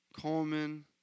Coleman